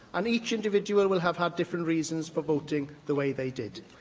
and each individual will have had different reasons for voting the way they did.